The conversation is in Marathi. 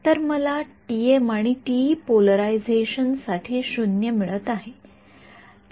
तर मला टीएम आणि टीई पोलरायझेशन साठी 0 मिळत आहे